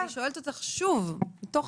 אני שואלת אותך שוב מתוך